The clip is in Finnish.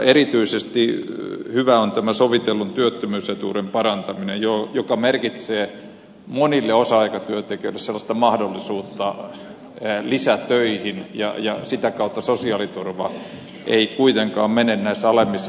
erityisesti hyvä on tämä sovitellun työttömyysetuuden parantaminen joka merkitsee monille osa aikatyöntekijöille mahdollisuutta lisätöihin ja sitä kautta sosiaaliturva ei kuitenkaan mene näissä alemmissa tuloluokissa